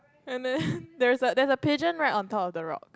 and then there's a there is a pigeon right on top of the rock